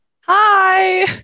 Hi